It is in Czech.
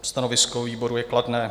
Stanovisko výboru je kladné.